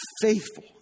faithful